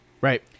Right